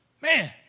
Man